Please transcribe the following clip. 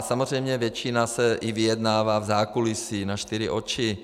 Samozřejmě se většina i vyjednává v zákulisí na čtyři oči.